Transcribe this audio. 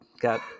got